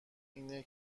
اینه